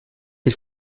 ils